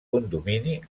condomini